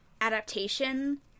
adaptation